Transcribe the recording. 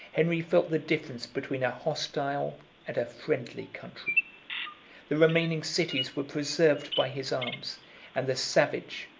henry felt the difference between a hostile and a friendly country the remaining cities were preserved by his arms and the savage,